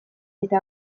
eta